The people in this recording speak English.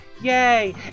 Yay